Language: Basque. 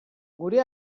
gure